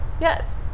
Yes